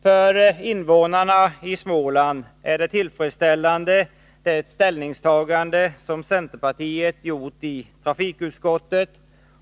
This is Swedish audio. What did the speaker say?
För invånarna i Småland är det tillfredsställande med det ställningstagande som centerpartiet gjort i trafikutskottet.